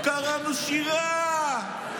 קראנו שירה,